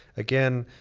again,